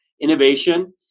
innovation